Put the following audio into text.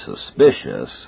suspicious